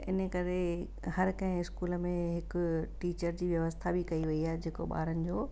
इनकरे हर कंहिं इस्कूल में हिकु टीचर जी व्यवस्था बि कई वेई आहे जे को ॿारनि जो